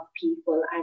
people